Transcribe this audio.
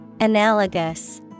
Analogous